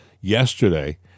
yesterday